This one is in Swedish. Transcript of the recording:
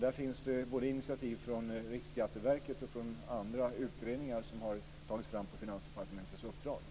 Det gäller initiativ från Riksskatteverket och från andra utredningar som har tagits fram på Finansdepartementets uppdrag.